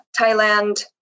Thailand